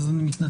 אז אני מתנצל.